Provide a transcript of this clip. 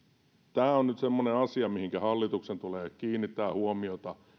tämä on nyt semmoinen asia mihinkä hallituksen tulee kiinnittää huomiota